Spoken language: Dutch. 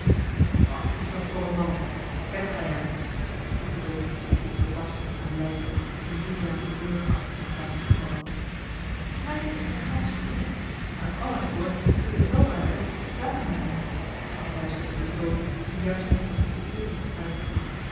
wat is dat voor een man kent gij hem vroeg de dominé met zekere barschheid aan lijsbeth toen juliaan de deur achter zich had laten toevallen mij is hij gansch vreemd maar het kwam mij voor dat uwe welwaarde zaken met hem hadt sprak lijsbeth op een toon die juist niet van diepen eerbied getuigde